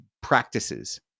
practices